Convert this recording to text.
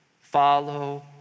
follow